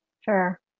sure